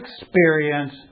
experience